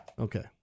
Okay